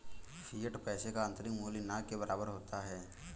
fiat पैसे का आंतरिक मूल्य न के बराबर होता है